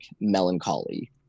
melancholy